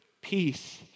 peace